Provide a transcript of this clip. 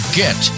get